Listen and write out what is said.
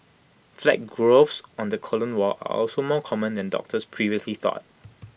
flat growths on the colon wall are also more common than doctors previously thought